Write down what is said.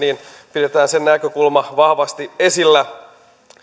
pidetään se näkökulma vahvasti esillä